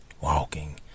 Walking